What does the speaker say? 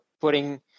putting